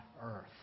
earth